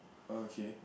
okay